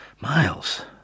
Miles